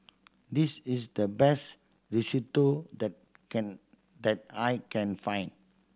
this is the best Risotto that can that I can find